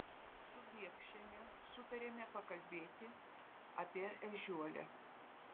su biekšiene sutarėme pakalbėti apie ežiuolę